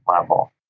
level